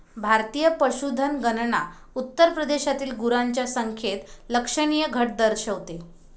भारतीय पशुधन गणना उत्तर प्रदेशातील गुरांच्या संख्येत लक्षणीय घट दर्शवते